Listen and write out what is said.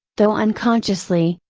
though unconsciously,